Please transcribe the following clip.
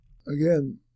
Again